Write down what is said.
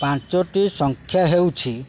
ପାଞ୍ଚଟି ସଂଖ୍ୟା ହେଉଛି